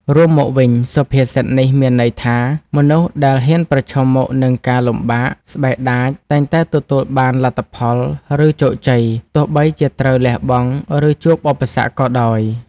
រួមមកវិញ សុភាសិតនេះមានន័យថា មនុស្សដែលហ៊ានប្រឈមមុខនឹងការលំបាក ស្បែកដាច តែងតែទទួលបានលទ្ធផល ឬជោគជ័យ ទោះបីជាត្រូវលះបង់ ឬជួបឧបសគ្គក៏ដោយ។